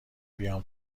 بیام